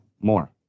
more